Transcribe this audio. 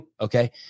Okay